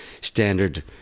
standard